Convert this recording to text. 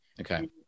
Okay